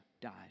died